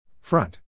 Front